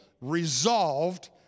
resolved